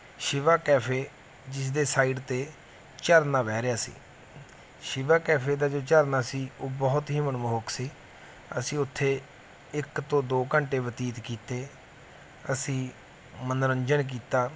Shiva cafe ਜਿਸ ਦੇ side 'ਤੇ ਝਰਨਾ ਵਹਿ ਰਿਹਾ ਸੀ ਸ਼ਿਵਾ ਕੈਫੇ ਦਾ ਜੋ ਝਰਨਾ ਸੀ ਉਹ ਬਹੁਤ ਹੀ ਮਨਮੋਹਕ ਸੀ ਅਸੀਂ ਉੱਥੇ ਇੱਕ ਤੋਂ ਦੋ ਘੰਟੇ ਬਤੀਤ ਕੀਤੇ ਅਸੀਂ ਮਨੋਰੰਜਨ ਕੀਤਾ